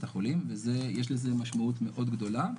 ויש לזה משמעות מאוד גדולה.